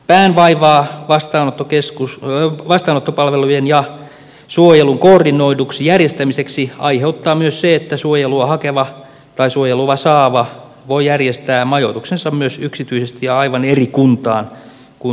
päänvaivaa vastaanottopalvelujen ja suojelun koordinoiduksi järjestämiseksi aiheuttaa myös se että suojelua hakeva tai suojelua saava voi järjestää majoituksensa myös yksityisesti ja aivan eri kuntaan kuin missä vastaanottokeskus sijaitsee